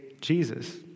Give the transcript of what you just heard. Jesus